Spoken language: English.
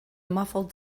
muffled